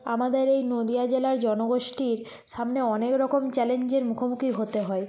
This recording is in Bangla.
আমাদের এই নদিয়া জেলার জনগোষ্ঠীর সামনে অনেক রকম চ্যালেঞ্জের মুখোমুখি হতে হয়